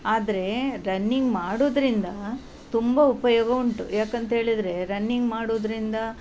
ಆದರೆ ರನ್ನಿಂಗ್ ಮಾಡೋದ್ರಿಂದ ತುಂಬ ಉಪಯೋಗ ಉಂಟು ಯಾಕೆಂತೇಳಿದ್ರೆ ರನ್ನಿಂಗ್ ಮಾಡೋದ್ರಿಂದ